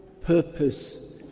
purpose